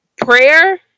prayer